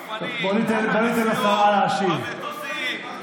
בנסיעות, במטוסים.